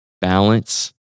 balance